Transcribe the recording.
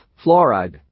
fluoride